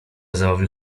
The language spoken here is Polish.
zabawiał